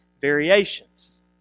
variations